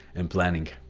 and planning.